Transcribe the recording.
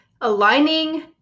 Aligning